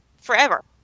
forever